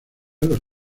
los